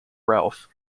ralf